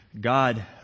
God